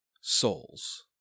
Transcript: souls